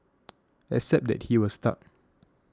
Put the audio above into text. except that he was stuck